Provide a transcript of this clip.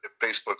Facebook